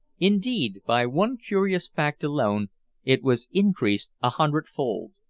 indeed, by one curious fact alone it was increased a hundredfold.